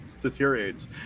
deteriorates